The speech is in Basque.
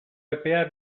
epea